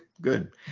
good